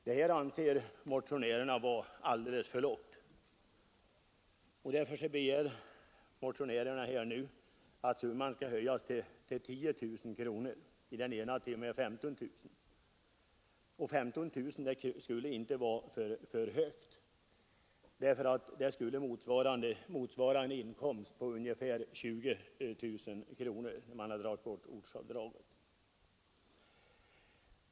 Motionärerna anser att denna gräns är alldeles för låg och därför yrkas att beloppet skall höjas till 10 000 kronor — i en av motionerna yrkas t.o.m. att beloppet skall höjas till 15 000 kronor. 15 000 kronor skulle inte vara för högt; det skulle efter avräkning av ortsavdraget motsvara en faktisk inkomst på ungefär 20 000 kronor.